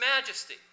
majesty